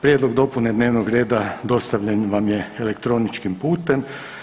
Prijedlog dopune dnevnog reda dostavljen vam je elektroničkim putem.